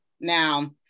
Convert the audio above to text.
Now